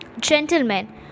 Gentlemen